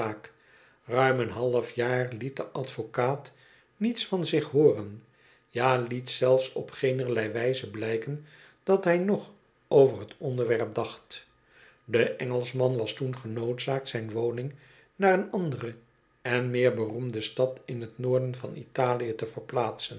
ruim een half jaar liet de advocaat niets van zich hooren ja liet zelfs op geenerlei wijze blijken dat hij nog over t onderwerp dacht de engelschman was toen genoodzaakt zijn woning naar een andere en meer beroemde stad in t noorden van italië te verplaatsen